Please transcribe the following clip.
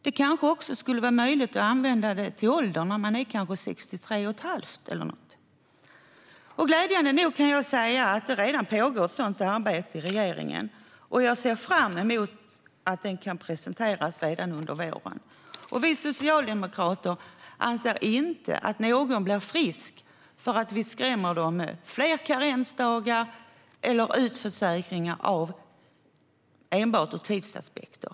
Det kanske också skulle vara möjligt att använda dem när det gäller ålder när en person är 63 1⁄2 år eller något sådant. Glädjande nog kan jag säga att det redan pågår ett sådant arbete i regeringen. Jag ser fram emot att det kan presenteras redan under våren. Vi socialdemokrater anser inte att någon blir frisk för att man skrämmer honom eller henne med fler karensdagar eller utförsäkringar som sker enbart ur tidsaspekter.